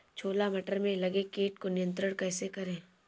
छोला मटर में लगे कीट को नियंत्रण कैसे करें?